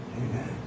Amen